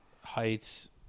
heights